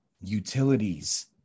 Utilities